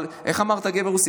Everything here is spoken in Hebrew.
אבל איך אמרת "גבר רוסי"?